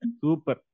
super